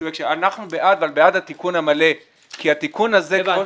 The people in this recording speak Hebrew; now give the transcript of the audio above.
אנחנו בעד התיקון המלא כי התיקון הזה -- הבנתי.